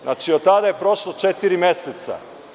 Znači, od tada je prošlo četiri meseca.